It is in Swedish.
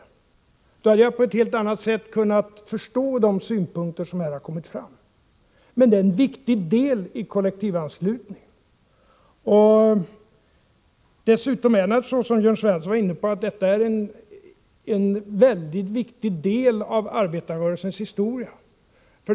Om så hade varit fallet, hade jag på ett helt annat sätt kunnat förstå de synpunkter som här har kommit fram. Men den rätten är en viktig del i kollektivanslutningen. Dessutom är det naturligtvis så, som Jörn Svensson var inne på, att detta är en mycket viktig del av arbetarrörelsens historia.